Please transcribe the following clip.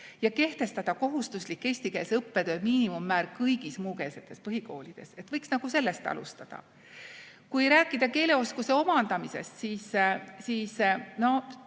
ja kehtestada kohustuslik eestikeelse õppetöö miinimummäär kõigis muukeelsetes põhikoolides. Võiks sellest alustada. Kui rääkida keeleoskuse omandamisest, siis,